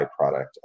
byproduct